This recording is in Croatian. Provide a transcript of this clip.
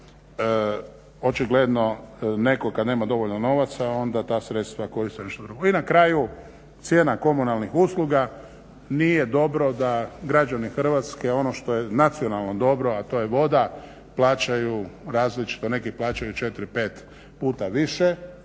očigledno kada netko nema dovoljno novaca ona ta sredstva koriste za nešto drugo. I na kraju cijena komunalnih usluga nije dobro da građani Hrvatski ono što je nacionalno dobro, a to je voda plaćaju različito.